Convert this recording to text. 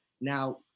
Now